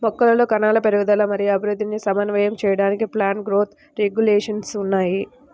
మొక్కలలో కణాల పెరుగుదల మరియు అభివృద్ధిని సమన్వయం చేయడానికి ప్లాంట్ గ్రోత్ రెగ్యులేషన్స్ ఉన్నాయి